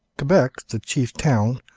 quebec, the chief town,